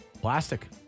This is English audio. Plastic